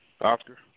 Oscar